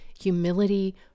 humility